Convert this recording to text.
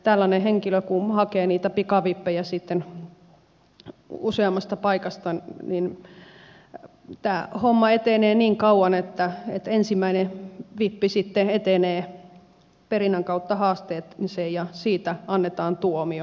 tällainen henkilö kun hakee niitä pikavippejä sitten useammasta paikasta niin tämä homma etenee niin kauan että ensimmäinen vippi sitten etenee perinnän kautta haasteeseen ja siitä annetaan tuomio